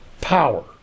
power